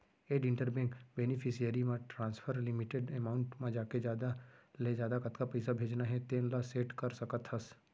add inter bank beneficiary म transfer limit amount म जाके जादा ले जादा कतका पइसा भेजना हे तेन ल सेट कर सकत हस